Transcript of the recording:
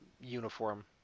uniform